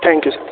thank you sir